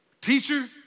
teacher